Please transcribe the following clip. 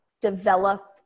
develop